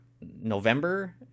November